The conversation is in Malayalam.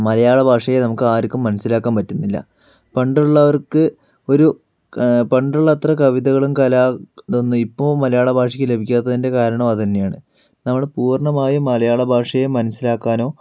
മലയാള ഭാഷയെ നമുക്ക് ആർക്കും മനസ്സിലാക്കാൻ പറ്റുന്നില്ല പണ്ടുള്ളവർക്ക് ഒരു പണ്ടുള്ളത്ര കവിതകളും കല ഇതൊന്നും ഇപ്പോൾ മലയാള ഭാഷയ്ക്ക് ലഭിക്കാത്തതിൻ്റെ കാരണവും അതുതന്നെയാണ് നമ്മൾ പൂർണ്ണമായും മലയാള ഭാഷയെ മനസ്സിലാക്കാനോ